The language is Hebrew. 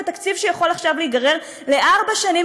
הוא תקציב שיכול עכשיו להיגרר לארבע שנים,